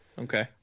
Okay